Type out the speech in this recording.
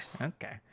okay